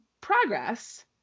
progress